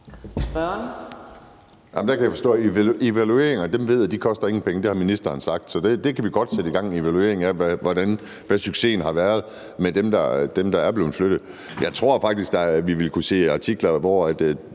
evalueringer ingen penge koster. Det har ministeren sagt, så vi kan godt sætte gang i en evaluering af, hvad succesen har været for dem, der er blevet flyttet. Jeg tror faktisk, at vi vil kunne se steder, hvor